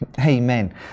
Amen